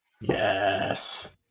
Yes